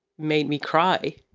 made me cry.